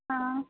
हँ